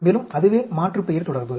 மேலும் அதுவே மாற்றுப்பெயர் தொடர்பு